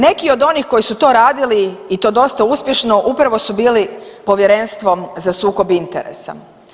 Neki od onih koji su to radili i to dosta uspješno upravo su bili Povjerenstvo za sukob interesa.